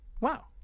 Wow